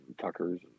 Tuckers